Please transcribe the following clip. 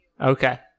Okay